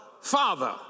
Father